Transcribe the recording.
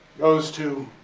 goes to